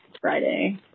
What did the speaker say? Friday